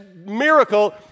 miracle